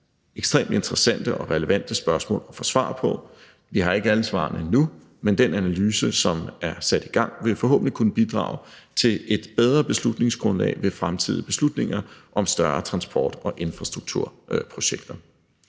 ekstremt interessante og relevante spørgsmål at få svar på. Vi har ikke alle svarene nu, men den analyse, som er sat i gang, vil forhåbentlig kunne bidrage til et bedre beslutningsgrundlag ved fremtidige beslutninger om større transport- og infrastrukturprojekter.